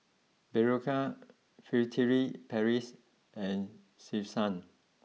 Berocca Furtere Paris and Selsun